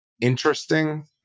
interesting